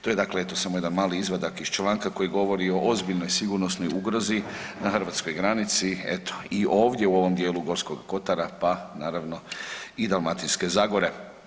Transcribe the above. To je dakle eto samo jedan mali izvadak iz članka koji govori o ozbiljnoj sigurnosnoj ugrozi na hrvatskoj granici eto i u ovom dijelu Gorskog Kotara, pa naravno i Dalmatinske zagore.